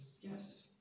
yes